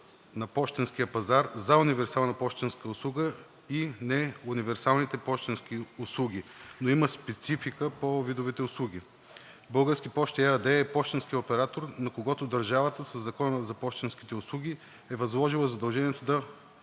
на пощенския пазар за универсална пощенска услуга и неуверсалните услуги, но има специфика по видовете услуги. „Български пощи“ ЕАД е пощенският оператор, на когото държавата със Закона за пощенските услуги е възложила задължението за